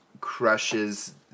crushes